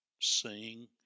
sing